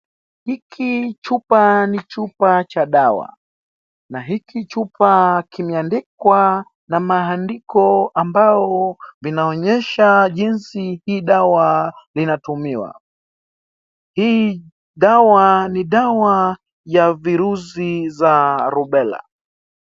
Hiki chupa ni chupa cha dawa na hiki chupa kimeandikwa na maandiko ambayo vinaonyesha kinsi hii dawa linatumiwa, hii dawa ni dawa ya virusi vya rubela.